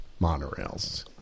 monorails